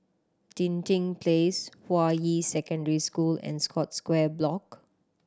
Dinding Place Hua Yi Secondary School and Scotts Square Block